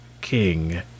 king